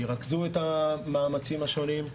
ירכזו את המאמצים השונים,